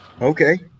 Okay